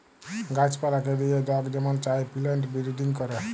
গাহাছ পালাকে লিয়ে লক যেমল চায় পিলেন্ট বিরডিং ক্যরে